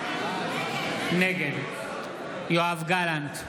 נגד יואב גלנט,